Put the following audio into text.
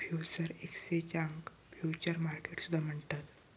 futures एक्सचेंजाक futures market सुद्धा म्हणतत